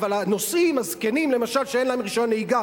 אבל הנוסעים הזקנים שאין להם רשיון נהיגה